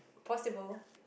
possible